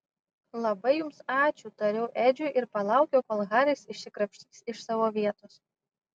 labai jums ačiū tariau edžiui ir palaukiau kol haris išsikrapštys iš savo vietos